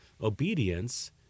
Obedience